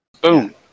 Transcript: Boom